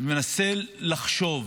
ומנסה לחשוב